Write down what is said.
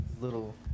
little